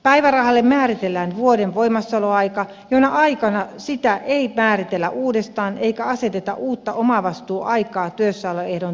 päivärahalle määritellään vuoden voimassaoloaika jona aikana sitä ei määritellä uudestaan eikä aseteta uutta omavastuuaikaa työssäoloehdon täyttyessä